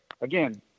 again